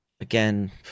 again